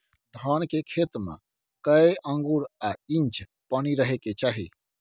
धान के खेत में कैए आंगुर आ इंच पानी रहै के चाही?